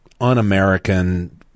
un-American